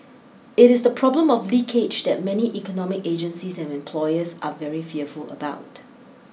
it is the problem of leakage that many economic agencies and employers are very fearful about